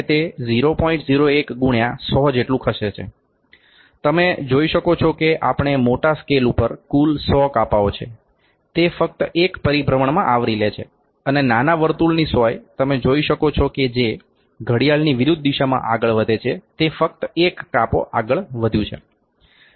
01 ગુણ્યા 100 જેટલું ખસે છે તમે જોઈ શકો છો કે આપણે મોટા સ્કેલ ઉપર કુલ 100 કાપાઓ છે તે ફક્ત એક પરિભ્રમણમાં આવરી લે છે અને નાના વર્તુળ નાની સોય તમે જોઈ શકો છો કે જે ઘડિયાળની વિરુદ્ધ દિશામાં આગળ વધે છે તે ફક્ત 1 કાપો આગળ વધ્યું છે